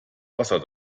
wasser